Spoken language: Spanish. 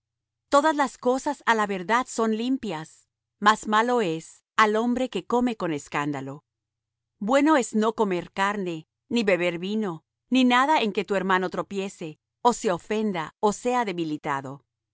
todas las cosas á la verdad son limpias mas malo es al hombre que come con escándalo bueno es no comer carne ni beber vino ni nada en que tu hermano tropiece ó se ofenda ó sea debilitado